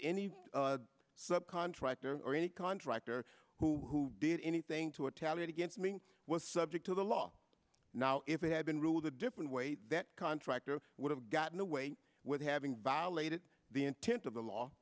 any sub contractor or any contractor who did anything to a tallit against me was subject to the law now if it had been ruled a different way that contractor would have gotten away with having violated the intent of the law